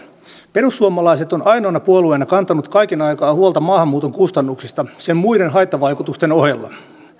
perussuomalaiset ovat ainoana puolueena kantaneet kaiken aikaa huolta maahanmuuton kustannuksista sen muiden haittavaikutusten ohella